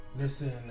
listen